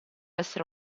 essere